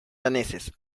daneses